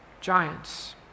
Giants